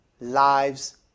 lives